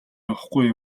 явахгүй